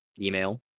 email